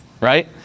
right